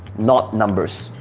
not numbers.